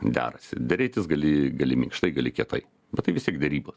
derasi derėtis gali gali minkštai gali kietai bet tai vis tiek derybos